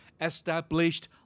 established